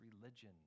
religion